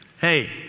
hey